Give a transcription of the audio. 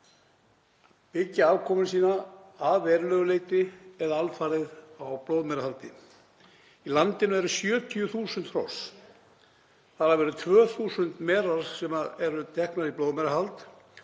byggja afkomu sína að verulegu leyti eða alfarið á blóðmerahaldi. Í landinu eru 70.000 hross, þar af eru 2.000 merar sem eru teknar í blóðmerahald.